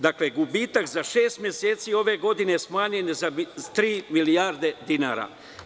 Dakle, gubitak za šest meseci ove godine smanjen je za tri milijarde dinara.